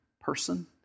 person